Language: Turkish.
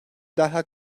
derhal